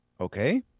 okay